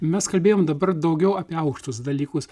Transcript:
mes kalbėjom dabar daugiau apie aukštus dalykus